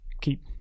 keep